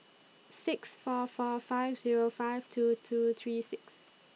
six four four five Zero five two two three six